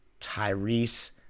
Tyrese